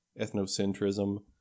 ethnocentrism